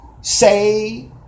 say